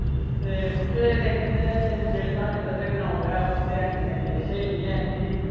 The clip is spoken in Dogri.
ते कुश लेकिन जेह्ड़े साढ़े उद्धर दे ग्राउंड ऐ ओह् ते हैनी ऐ स्हेई निं ऐ